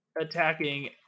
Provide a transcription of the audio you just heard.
attacking